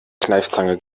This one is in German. kneifzange